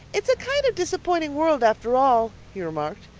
it's a kind of disappointing world after all, he remarked.